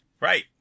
Right